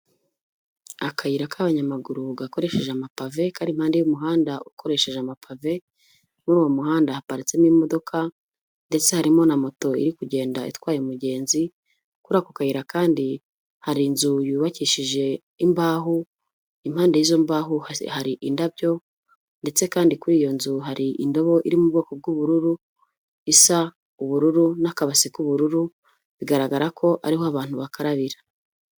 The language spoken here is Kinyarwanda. Akayira k'abanyamaguru gakoresheje amapave kari impande y'umuhanda ukoresheje amapave muri uwo muhanda haparitsemo imodoka ndetse harimo na moto iri kugenda itwaye umugenzi, kuri ako kayira kandi hari inzu yubakishije imbaho, impande y'izo mbaho hari indabyo ndetse kandi kuri iyo nzu hari indobo iri mu bwoko bw'ubururu, isa ubururu n'akabasi k'ubururu bigaragara ko ariho abantu bakarabira.